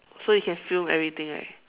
so you can film everything right